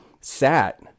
sat